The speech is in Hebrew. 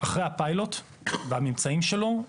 אחרי הפיילוט והממצאים שלו,